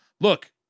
look